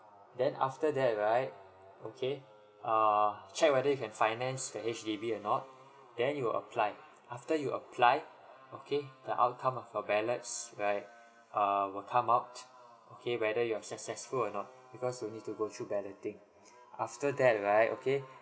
then after that right okay uh check whether you can finance the H_D_B or not then you will apply after you applied okay the outcome of your ballot right err will come out okay whether you're successful or not because you need to go through balloting after that right okay